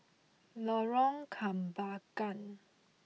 Lorong Kembagan